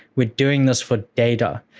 we're doing this for data.